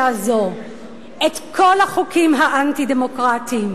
הזו את כל החוקים האנטי-דמוקרטיים,